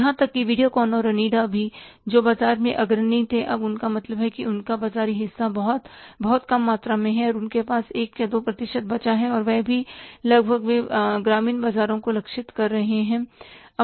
यहां तक कि वीडियोकॉन और ओनिडा भी जो बाजार में अग्रणी थे अब उनका मतलब है कि उनका बाजार हिस्सा बहुत बहुत कम मात्रा में है उनके पास 1 या 2 प्रतिशत बचा है और वह भी लगभग वे ग्रामीण बाजारों को लक्षित कर ले रहे हैं